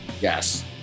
yes